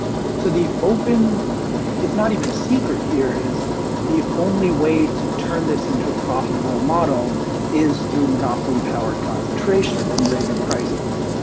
so the open it's not even a secret. here is the only way to turn this into a profitable model is through monopoly power and concentration and raising prices.